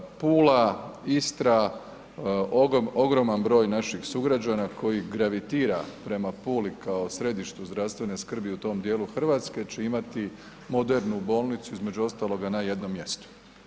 Pula, Istra, ogroman broj naših sugrađana koji gravitira prema Puli kao središtu zdravstvene skrbi u tom dijelu Hrvatske će imati modernu bolnicu između ostaloga na jednom mjestu.